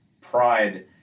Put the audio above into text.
pride